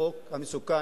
חברי הכנסת,